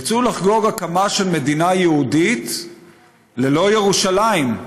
יצאו לחגוג הקמה של מדינה יהודית ללא ירושלים,